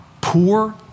poor